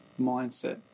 mindset